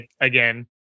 again